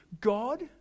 God